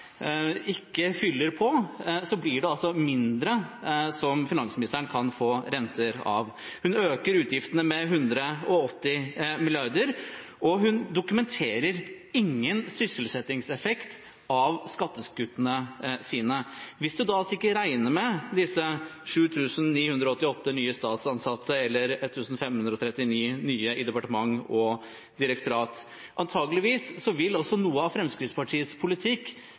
ikke fyller på, blir det altså mindre som finansministeren kan få renter av. Hun øker utgiftene med 180 mrd. kr, og hun dokumenterer ingen sysselsettingseffekt av skattekuttene sine – hvis en da ikke regner med disse 7 988 nye statsansatte eller 1 539 nye i departement og direktorat. Antakeligvis vil også noe av Fremskrittspartiets politikk,